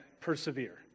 persevere